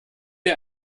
dir